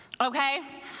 Okay